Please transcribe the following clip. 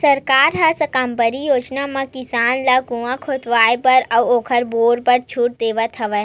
सरकार ह साकम्बरी योजना म किसान ल कुँआ खोदवाए बर अउ ओखर पंप बर छूट देवथ हवय